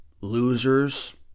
Losers